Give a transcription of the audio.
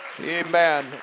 Amen